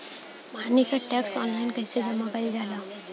पानी क tax online कईसे जमा कईल जाला?